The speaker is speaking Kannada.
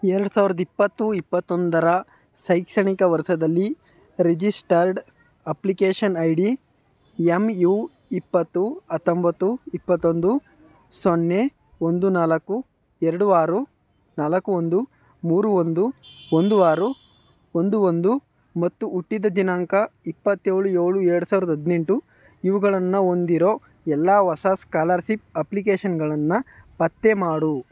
ಎರಡು ಸಾವಿರದ ಇಪ್ಪತ್ತು ಇಪ್ಪತ್ತೊಂದರ ಶೈಕ್ಷಣಿಕ ವರ್ಷದಲ್ಲಿ registered application I D M U ಇಪ್ಪತ್ತು ಹತ್ತೊಂಬತ್ತು ಇಪ್ಪತ್ತೊಂದು ಸೊನ್ನೆ ಒಂದು ನಾಲ್ಕು ಎರಡು ಆರು ನಾಲ್ಕು ಒಂದು ಮೂರು ಒಂದು ಒಂದು ಆರು ಒಂದು ಒಂದು ಮತ್ತು ಹುಟ್ಟಿದ ದಿನಾಂಕ ಇಪ್ಪತ್ತೇಳು ಏಳು ಎರಡು ಸಾವಿರದ ಹದಿನೆಂಟು ಇವುಗಳನ್ನ ಒಂದಿರೋ ಎಲ್ಲಾ ಹೊಸ ಸ್ಕಾಲರ್ಸಿಪ್ ಅಪ್ಲಿಕೇಷನ್ಗಳನ್ನ ಪತ್ತೆ ಮಾಡು